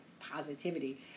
positivity